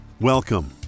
Welcome